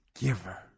giver